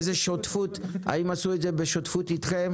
והאם עשו את זה בשותפות איתכם?